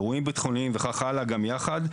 אירועים ביטחוניים וכך הלאה גם ביחד.